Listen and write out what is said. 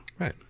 Right